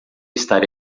estar